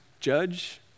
judge